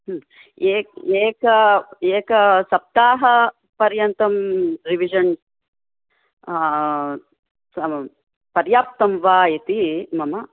आम् एक एक एकसप्ताह पर्यन्तम् रिवीज़न् आम् पर्याप्तं वा इति मम